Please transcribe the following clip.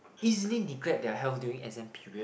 easily neglect their health during exam period